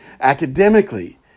Academically